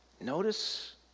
Notice